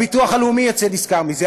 הביטוח הלאומי יצא נשכר מזה,